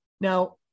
Now